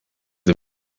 the